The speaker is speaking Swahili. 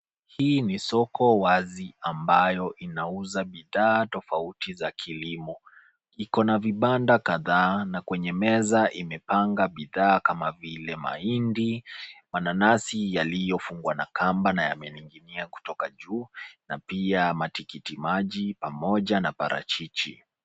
Hii ni soko wazi ambayo inauza bidhaa tofauti za kilimo. Iko na vibanda kadhaa na kwenye meza imepanga bidhaa kama vile: mahindi, mananasi yaliyofungwa na kamba na yamening'inia kutoka juu na pia matikitiki maji pamoja na parachichi.